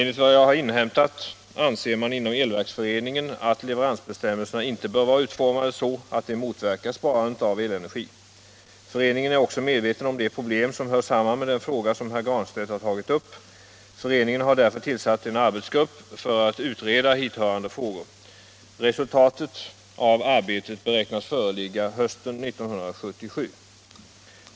Enligt vad jag har inhämtat anser man inom Elverksföreningen att - Om åtgärder för att leveransbestämmelserna inte bör vara utformade så att de motverkar = underlätta individusparandet av elenergi. Föreningen är också medveten om de problem = ell elmätning i som hör samman med den fråga som herr Granstedt har tagit upp. För — flerfamiljshus eningen har därför tillsatt en arbetsgrupp för att utreda hithörande frågor. Resultatet av arbetet beräknas föreligga hösten 1977.